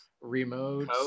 remote